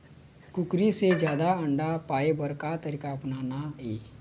कुकरी से जादा अंडा पाय बर का तरीका अपनाना ये?